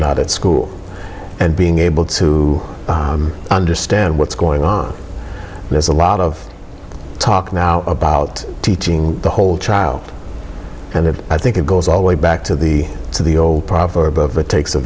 not at school and being able to understand what's going on there's a lot of talk now about teaching the whole child and i think it goes all the way back to the to the old proverb of it takes a